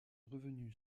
revenu